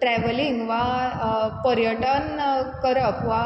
travelling वा पर्यटन करप वा